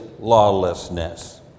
lawlessness